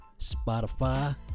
Spotify